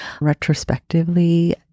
retrospectively